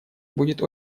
будет